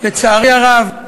לצערי הרב,